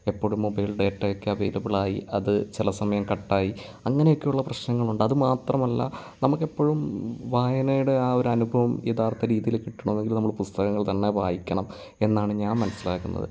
എപ്പോഴും മൊബൈൽ ഡേറ്റായൊക്കെ അവൈലബിളായി അത് ചില സമയം കട്ടായി അങ്ങനെയൊക്കെയുള്ള പ്രശ്നങ്ങളുണ്ട് അതുമാത്രമല്ല നമുക്കെപ്പോഴും വായനയുടെ ആ ഒരനുഭവം യഥാർത്ഥ രീതിയിൽ കിട്ടണമെങ്കിൽ നമ്മൾ പുസ്തകങ്ങൾ തന്നെ വായിക്കണം എന്നാണ് ഞാൻ മനസ്സിലാക്കുന്നത്